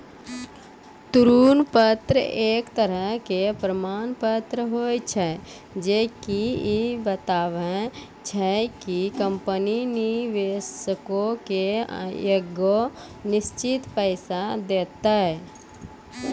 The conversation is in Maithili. ऋण पत्र एक तरहो के प्रमाण पत्र होय छै जे की इ बताबै छै कि कंपनी निवेशको के एगो निश्चित पैसा देतै